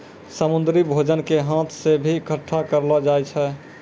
समुन्द्री भोजन के हाथ से भी इकट्ठा करलो जाय छै